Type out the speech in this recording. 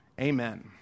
Amen